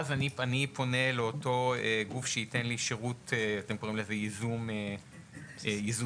אני פונה לאותו גוף שייתן לי שירות ייזום בסיסי,